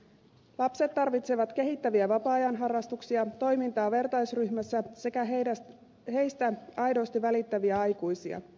lapset tarvitsevat kehittäviä vapaa ajan harrastuksia toimintaa vertaisryhmässä sekä heistä aidosti välittäviä aikuisia